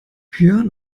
björn